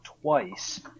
twice